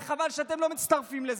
חבל שאתם לא מצטרפים לזה.